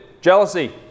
jealousy